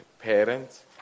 parents